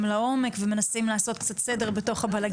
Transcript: לעומק ומנסים לעשות קצת סדר בתוך הבלגן.